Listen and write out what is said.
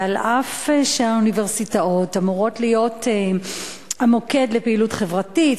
ואף שהאוניברסיטאות אמורות להיות המוקד לפעילות חברתית,